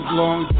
long